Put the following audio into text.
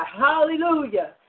Hallelujah